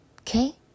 Okay